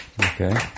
Okay